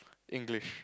English